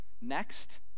Next